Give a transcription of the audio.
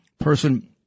person